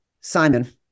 Simon